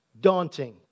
daunting